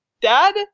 dad